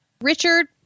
Richard